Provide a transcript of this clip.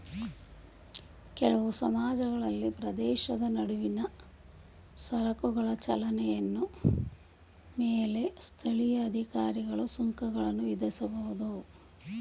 ಕೆಲವು ಸಮಾಜಗಳಲ್ಲಿ ಪ್ರದೇಶಗಳ ನಡುವಿನ ಸರಕುಗಳ ಚಲನೆಯ ಮೇಲೆ ಸ್ಥಳೀಯ ಅಧಿಕಾರಿಗಳು ಸುಂಕಗಳನ್ನ ವಿಧಿಸಬಹುದು